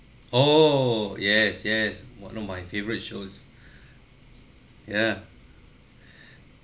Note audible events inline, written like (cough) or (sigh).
oh yes yes one of my favourite shows (breath) yeah (breath)